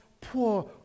poor